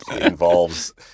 involves